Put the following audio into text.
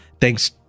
Thanks